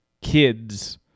kids